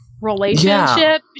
relationship